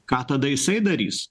ką tada jisai darys